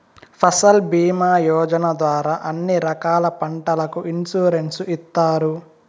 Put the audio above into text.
ఫసల్ భీమా యోజన ద్వారా అన్ని రకాల పంటలకు ఇన్సురెన్సు ఇత్తారు